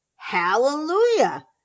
Hallelujah